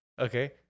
okay